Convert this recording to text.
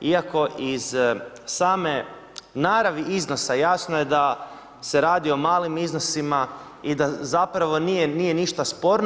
iako iz same naravi iznosa jasno je da se radi o malim iznosima i da zapravo nije ništa sporno.